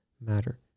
matter